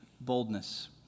boldness